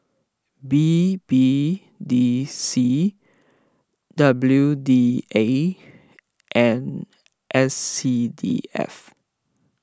B B D C W D A and S C D F